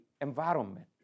environment